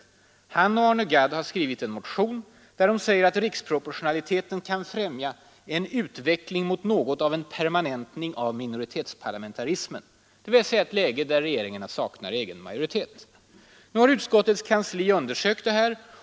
Olle Svensson och Arne Gadd har skrivit en motion, där de säger att riksproportionaliteten kan främja ”en permanentning av minoritetsparlamentarismen”, dvs. ett läge där regeringarna saknar egen majoritet. Utskottets kansli har undersökt detta.